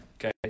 okay